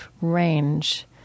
range